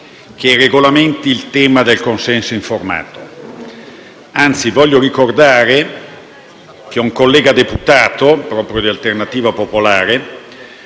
che regolamenti il tema del consenso informato. Anzi, voglio ricordare che un collega deputato di Alternativa Popolare,